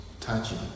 touching